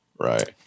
right